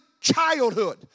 childhood